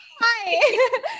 Hi